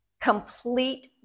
complete